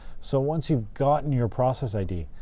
so once you've gotten your process id,